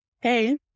hey